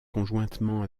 conjointement